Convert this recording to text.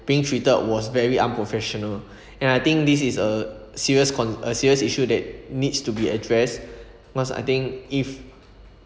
being treated was very unprofessional and I think this is a serious con~ a serious issue that needs to be addressed must I think if